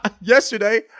yesterday